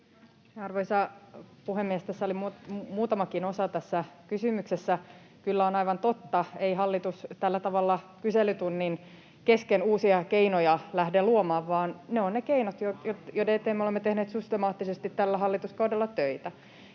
Arvoisa puhemies! Tässä kysymyksessä oli muutamakin osa. Kyllä on aivan totta, että ei hallitus tällä tavalla kyselytunnin kesken uusia keinoja lähde luomaan, vaan keinot ovat ne, joiden eteen me olemme tehneet systemaattisesti tällä hallituskaudella töitä.